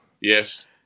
yes